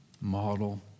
model